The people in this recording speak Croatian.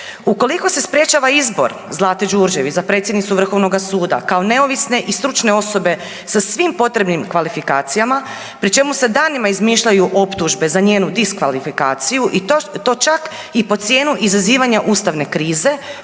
ukoliko se sprječava izbor Zlate Đurđević za predsjednicu Vrhovnoga suda kao neovisne i stručne osobe sa svim potrebnim kvalifikacijama pri čemu se danima izmišljaju optužbe za njenu diskvalifikaciju i to čak i po cijenu izazivanja ustavne krize